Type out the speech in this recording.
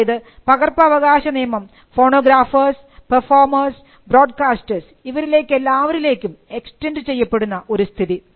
അതായത് പകർപ്പവകാശനിയമം phonographers performers broadcasters ഇവരിലേക്കെല്ലാവരിലേക്കും എക്സ്റ്റൻൻറ് ചെയ്യപ്പെടുന്ന ഒരു സ്ഥിതി